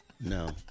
No